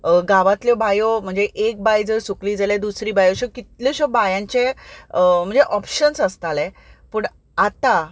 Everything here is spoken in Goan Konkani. गांवांतल्यो बांयो म्हणजे एक बांय जर सुकली जाल्यार दुसरी बांय अश्यो कितल्योश्योच बांयांचे म्हणजे ऑप्शन्स आसताले पूण आतां